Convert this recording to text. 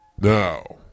Now